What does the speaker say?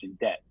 debt